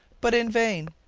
but in vain.